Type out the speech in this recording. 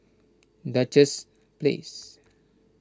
Duchess Place